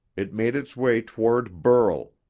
it made its way toward burl,